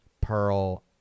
pearl